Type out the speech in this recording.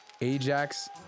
Ajax